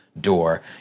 door